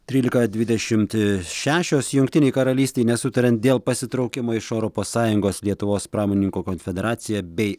trylika dvidešim šešios jungtinei karalystei nesutariant dėl pasitraukimo iš europos sąjungos lietuvos pramonininkų konfederacija bei